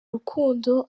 rukundo